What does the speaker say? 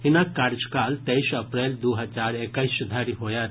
हिनक कार्यकाल तेईस अप्रैल दू हजार एक्कैस धरि होयत